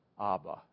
Abba